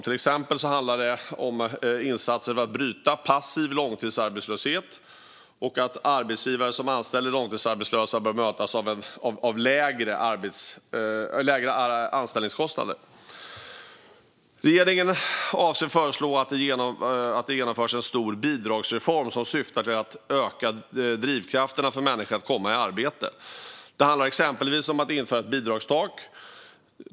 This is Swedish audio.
Till exempel handlar det om insatser för att bryta passiv långtidsarbetslöshet och om att arbetsgivare som anställer långtidsarbetslösa bör mötas av lägre anställningskostnader. Regeringen avser att föreslå att det genomförs en stor bidragsreform som syftar till att öka drivkrafterna för människor att komma i arbete. Det handlar exempelvis om att införa ett bidragstak.